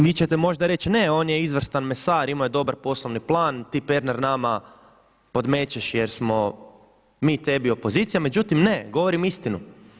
Vi ćete možda reći ne on je izvrstan mesar, imao je dobar poslovni plan, ti Pernar nama podmećeš jer smo mi tebi opozicija, međutim ne govorim istinu.